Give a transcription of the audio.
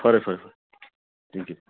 ꯐꯔꯦ ꯐꯔꯦ ꯐꯔꯦ ꯊꯦꯡꯀ꯭ꯌꯨ